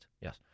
yes